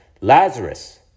Lazarus